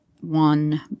one